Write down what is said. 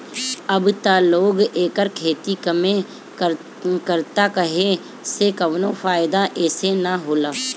अब त लोग एकर खेती कमे करता काहे से कवनो फ़ायदा एसे न होला